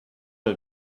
was